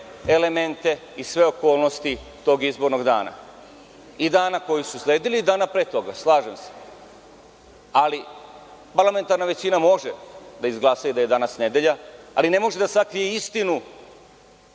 elemente i sve okolnosti tog izbornog dana i dana koji su sledili i dana pre toga, slažem se. Parlamentarna većina može da izglasa i da je danas nedelja, ali ne može da sakrije istinu